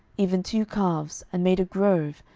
even two calves, and made a grove,